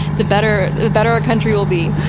the better better our country will be.